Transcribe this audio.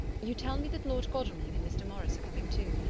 you tell me that lord godalming and mr. morris are coming too.